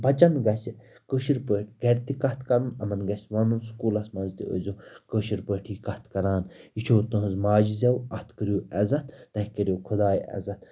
بَچَن گژھِ کٲشٕر پٲٹھۍ گَرِ تہِ کَتھ کَرُن یِمَن گژھِ وَنُن سکوٗلَس منٛز تہِ ٲسۍزیو کٲشٕر پٲٹھی کَتھ کَران یہِ چھو تٕہٕنٛز ماجہِ زٮ۪و اَتھ کٔرِو عزت تۄہہِ کَریو خۄداے عزت